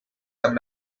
some